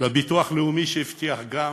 לביטוח הלאומי, שהבטיח גם,